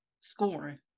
scoring